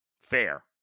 fair